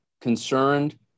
concerned